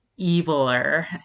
eviler